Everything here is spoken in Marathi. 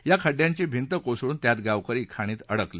या खड्डयांची भिंत कोसळून त्यात गावकरी खाणीत अडकले